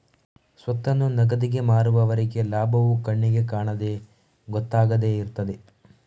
ಸ್ವತ್ತನ್ನು ನಗದಿಗೆ ಮಾರುವವರೆಗೆ ಲಾಭವು ಕಣ್ಣಿಗೆ ಕಾಣದೆ ಗೊತ್ತಾಗದೆ ಇರ್ತದೆ